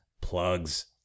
plugs